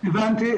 הבנתי.